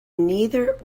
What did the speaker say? neither